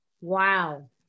Wow